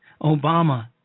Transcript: Obama